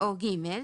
או (ג),